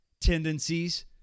tendencies